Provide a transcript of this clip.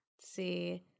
see